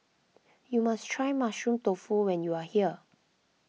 you must try Mushroom Tofu when you are here